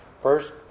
First